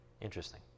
Interesting